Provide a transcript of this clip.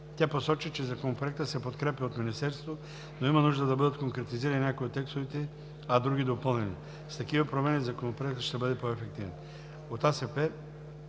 Тя посочи, че Законопроектът се подкрепя от Министерството, но има нужда да бъдат конкретизирани някои от текстовете, а други допълнени. С такива промени Законопроектът ще стане по-ефективен. От